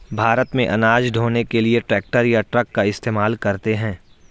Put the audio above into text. भारत में अनाज ढ़ोने के लिए ट्रैक्टर या ट्रक का इस्तेमाल करते हैं